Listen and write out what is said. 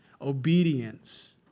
Obedience